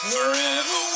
Forever